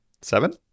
seven